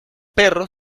perro